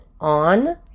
on